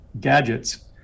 gadgets